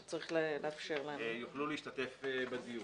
יוכלו להשתתף בדיון.